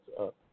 up